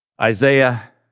Isaiah